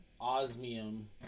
Osmium